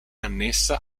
annessa